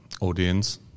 audience